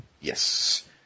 Yes